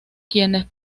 quienes